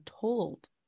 told